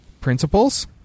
Principles